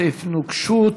סעיף נוקשות),